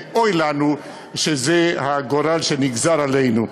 ואוי לנו שזה הגורל שנגזר עלינו.